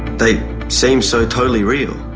they seem so totally real.